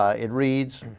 ah it reads